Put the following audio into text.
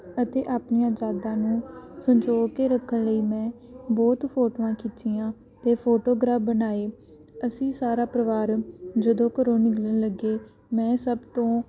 ਅਤੇ ਆਪਣੀਆਂ ਯਾਦਾਂ ਨੂੰ ਸੰਜੋ ਕੇ ਰੱਖਣ ਲਈ ਮੈਂ ਬਹੁਤ ਫੋਟੋਆਂ ਖਿੱਚੀਆਂ ਅਤੇ ਫੋਟੋਗ੍ਰਾਫ ਬਣਾਏ ਅਸੀਂ ਸਾਰਾ ਪਰਿਵਾਰ ਜਦੋਂ ਘਰੋਂ ਨਿਕਲਣ ਲੱਗੇ ਮੈਂ ਸਭ ਤੋਂ